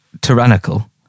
tyrannical